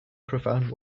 profound